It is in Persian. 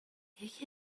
یکی